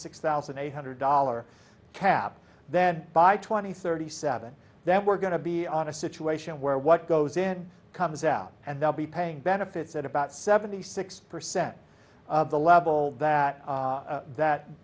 six thousand eight hundred dollars cap then by twenty thirty seven that we're going to be on a situation where what goes in comes out and they'll be paying benefits at about seventy six percent of the level that that